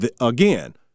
again